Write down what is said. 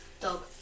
Dog